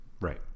Right